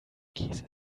käse